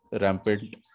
rampant